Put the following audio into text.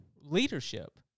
leadership